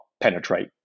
penetrate